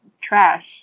trash